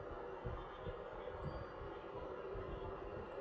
the